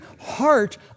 heart